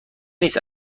نیست